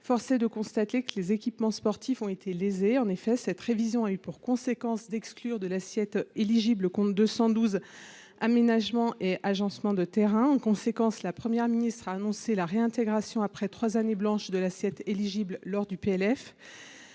force est de constater que les équipements sportifs ont été lésés. En effet, cette révision a aussi eu pour conséquence d’exclure de l’assiette éligible le compte 212, « Agencements et aménagements de terrains ». En conséquence, la Première ministre a annoncé sa réintégration, après trois années blanches, à l’assiette éligible dans le